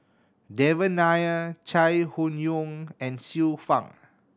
Devan Nair Chai Hon Yoong and Xiu Fang